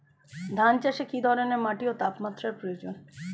ধান চাষে কী ধরনের মাটি ও তাপমাত্রার প্রয়োজন?